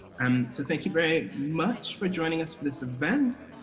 um so thank you very much for joining us for this event.